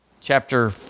Chapter